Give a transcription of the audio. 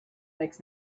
makes